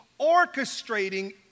orchestrating